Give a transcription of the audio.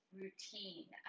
routine